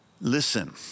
Listen